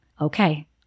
Okay